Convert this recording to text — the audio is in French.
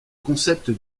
concept